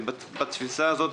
בתפיסה הזו,